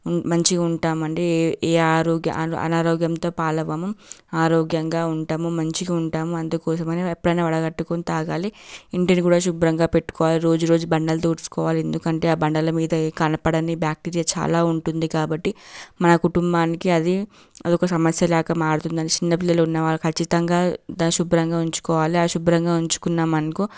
మంచిగా ఉంటామండి ఏ ఏ ఆరోగ్య అనా అనారోగ్యంతో పాలవ్వము ఆరోగ్యంగా ఉంటాము మంచిగా ఉంటాము అందుకోసమని ఎప్పుడైనా వడగట్టుకుని తాగాలి ఇంటిని కూడా శుభ్రంగా పెట్టుకోవాలి రోజు రోజు బండలు తుడుచుకోవాలి ఎందుకంటే ఆ బండల మీద ఏ కనపడని బ్యాక్టీరియా చాలా ఉంటుంది కాబట్టి మన కుటుంబానికి అది అదొక సమస్యలాగా మారుతుందని చిన్నపిల్లలు ఉన్నవారు ఖచ్చితంగా శుభ్రంగా ఉంచుకోవాలి అశుభ్రంగా ఉంచుకున్నామనుకో